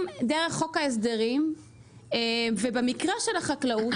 דרך חוק ההסדרים ובמקרה של החקלאות,